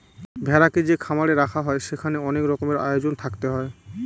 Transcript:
ভেড়াকে যে খামারে রাখা হয় সেখানে অনেক রকমের আয়োজন থাকতে হয়